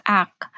act